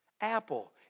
apple